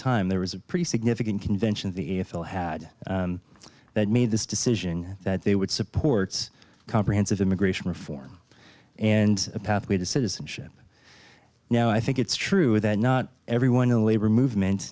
time there was a pretty significant convention the a f l had that made this decision that they would supports comprehensive immigration reform and a pathway to citizenship now i think it's true that not everyone in the labor movement